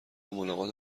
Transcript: ملاقات